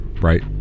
Right